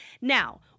Now